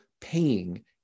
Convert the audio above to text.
paying